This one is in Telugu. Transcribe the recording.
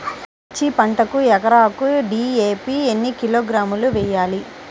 మిర్చి పంటకు ఎకరాకు డీ.ఏ.పీ ఎన్ని కిలోగ్రాములు వేయాలి?